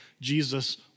Jesus